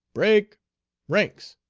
break ranks!